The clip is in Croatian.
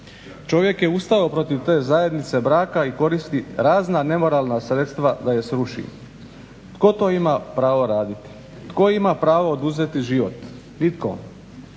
Čovjek je ustao protiv te zajednice braka i koristi razna nemoralna sredstva da je sruši. Tko to ima pravo raditi, tko ima pravo oduzeti život? Nitko.